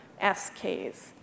SKs